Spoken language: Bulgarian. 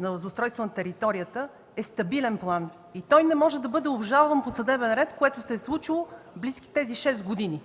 за устройство на територията е стабилен план и той не може да бъде обжалван по съдебен ред, което се случи в тези 6 години.